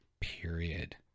period